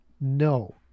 No